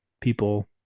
people